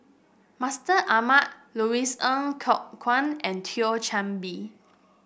Mustaq Ahmad Louis Ng Kok Kwang and Thio Chan Bee